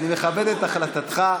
אני מכבד את החלטתך,